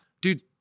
Dude